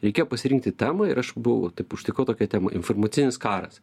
reikėjo pasirinkti temą ir aš buvau taip užtikau tokią temą informacinis karas